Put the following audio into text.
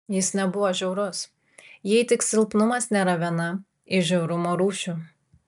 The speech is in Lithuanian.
jis nebuvo žiaurus jei tik silpnumas nėra viena iš žiaurumo rūšių